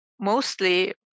mostly